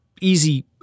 easy